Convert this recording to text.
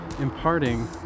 imparting